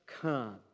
come